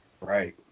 Right